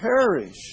perish